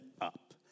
up